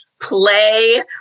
play